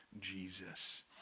Jesus